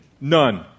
None